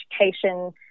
education